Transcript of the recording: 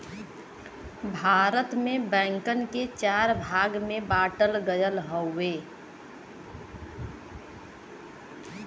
भारत में बैंकन के चार भाग में बांटल गयल हउवे